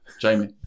Jamie